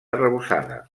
arrebossada